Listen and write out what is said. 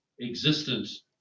existence